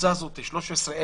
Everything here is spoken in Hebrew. הקבוצה הזאת של ה-13,000,